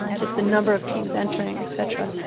um just the number of teams entering, et cetera.